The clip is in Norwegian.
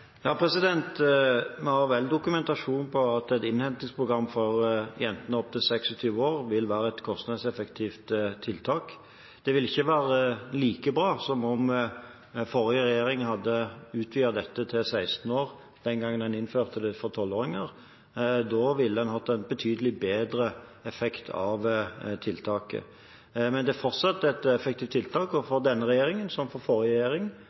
Vi har det vel dokumentert at et innhentingsprogram for kvinner opptil 26 år vil være et kostnadseffektivt tiltak. Det vil ikke være like bra som om den forrige regjeringen hadde utvidet dette til 16 år den gangen man innførte det for 12-åringer. Da ville en hatt en betydelig bedre effekt av tiltaket. Men det er fortsatt et effektivt tiltak, og for denne regjeringen, som for forrige regjering,